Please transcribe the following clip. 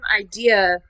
idea